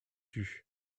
tut